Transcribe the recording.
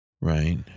right